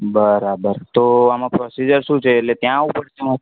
બરાબર તો આમાં પ્રોસીજર શું છે એટલે ત્યાં આવવું પડશે અમારે